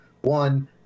One